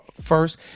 first